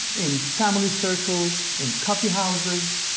in family circles, in coffee houses,